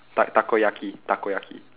tak~ takoyaki takoyaki